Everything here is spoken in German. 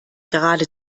gerade